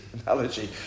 analogy